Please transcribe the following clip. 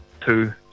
two